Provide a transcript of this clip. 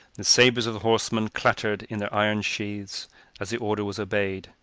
the sabers of the horsemen clattered in their iron sheaths as the order was obeyed,